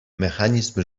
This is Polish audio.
mechanizm